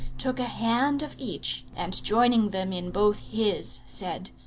took a hand of each, and joining them in both his, said,